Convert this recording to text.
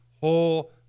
whole